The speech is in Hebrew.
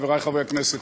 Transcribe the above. חברי חברי הכנסת,